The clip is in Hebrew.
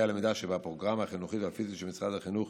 הלמידה שבפרוגרמה החינוכית והפיזית של משרד החינוך